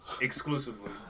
Exclusively